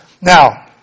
Now